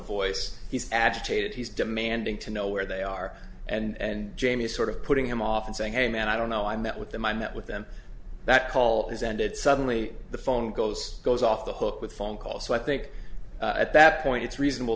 voice he's agitated he's demanding to know where they are and jamie's sort of putting him off and saying hey man i don't know i met with them i met with them that call is ended suddenly the phone goes goes off the hook with phone calls so i think at that point it's reasonable